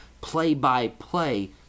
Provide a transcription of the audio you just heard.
play-by-play